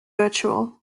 virtual